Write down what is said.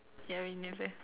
ya I remembered